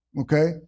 Okay